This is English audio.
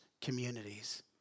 communities